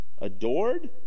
adored